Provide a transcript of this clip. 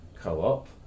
co-op